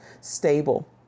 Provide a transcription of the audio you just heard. stable